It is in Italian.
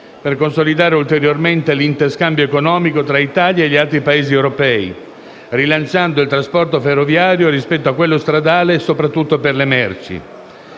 per consolidare ulteriormente l'interscambio economico fra l'Italia e gli altri Paesi europei, rilanciando il trasporto ferroviario, rispetto a quello stradale, soprattutto per le merci.